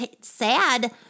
sad